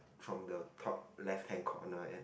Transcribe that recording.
from the top left hand corner and